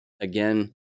Again